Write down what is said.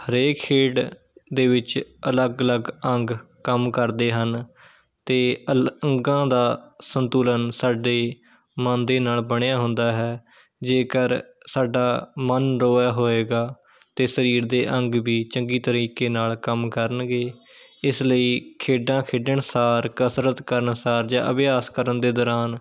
ਹਰੇਕ ਖੇਡ ਦੇ ਵਿੱਚ ਅਲੱਗ ਅਲੱਗ ਅੰਗ ਕੰਮ ਕਰਦੇ ਹਨ ਅਤੇ ਅਲ ਅੰਗਾਂ ਦਾ ਸੰਤੁਲਨ ਸਾਡੇ ਮਨ ਦੇ ਨਾਲ਼ ਬਣਿਆ ਹੁੰਦਾ ਹੈ ਜੇਕਰ ਸਾਡਾ ਮਨ ਨਰੋਆ ਹੋਏਗਾ ਅਤੇ ਸਰੀਰ ਦੇ ਅੰਗ ਵੀ ਚੰਗੀ ਤਰੀਕੇ ਨਾਲ਼ ਕੰਮ ਕਰਨਗੇ ਇਸ ਲਈ ਖੇਡਾਂ ਖੇਡਣ ਸਾਰ ਕਸਰਤ ਕਰਨ ਸਾਰ ਜਾਂ ਅਭਿਆਸ ਕਰਨ ਦੇ ਦੌਰਾਨ